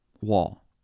wall